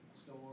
store